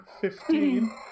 fifteen